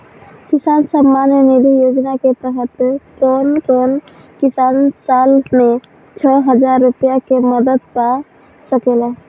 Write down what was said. किसान सम्मान निधि योजना के तहत कउन कउन किसान साल में छह हजार रूपया के मदद पा सकेला?